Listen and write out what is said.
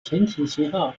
型号